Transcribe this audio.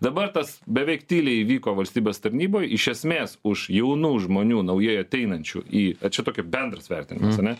dabar tas beveik tyliai įvyko valstybės tarnyboj iš esmės už jaunų žmonių naujai ateinančių į čia tokį bendras vertinimas ar ne